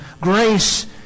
grace